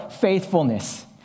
faithfulness